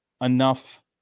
enough